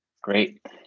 Great